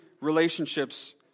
relationships